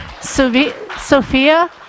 Sophia